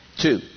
Two